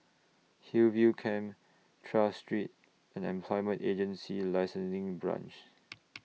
Hillview Camp Tras Street and Employment Agency Licensing Branch